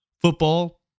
football